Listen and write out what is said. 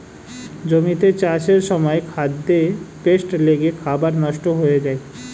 জমিতে চাষের সময় খাদ্যে পেস্ট লেগে খাবার নষ্ট হয়ে যায়